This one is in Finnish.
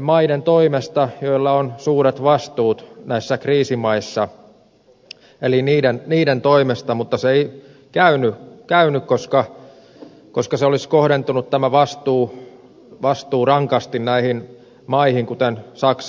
maiden toimesta joilla on suuret vastuut näissä kriisimaissa mutta se ei käynyt koska tämä vastuu olisi kohdentunut rankasti näihin maihin kuten saksaan ja ranskaan